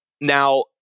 now